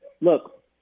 look